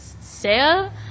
sale